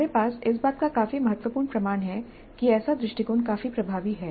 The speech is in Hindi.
हमारे पास इस बात का काफी महत्वपूर्ण प्रमाण है कि ऐसा दृष्टिकोण काफी प्रभावी है